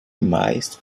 meist